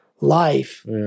life